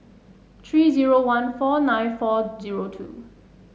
three zero one four nine four zero two